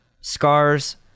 scars